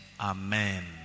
Amen